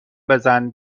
بزن